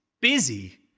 busy